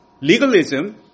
Legalism